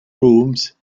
rooms